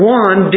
one